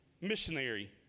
missionary